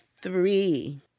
three